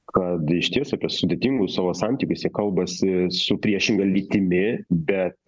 kad išties apie sudėtingus savo santykius jie kalbasi su priešinga lytimi bet